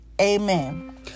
Amen